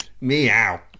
meow